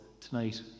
tonight